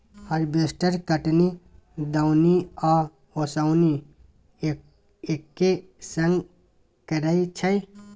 harvester कटनी, दौनी आ ओसौनी एक्के संग करय छै